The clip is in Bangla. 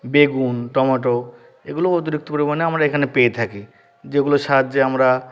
বেগুন টমেটো এগুলো অতিরিক্ত পরিমাণে আমরা এখানে পেয়ে থাকি যেগুলোর সাহায্যে আমরা